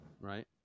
Right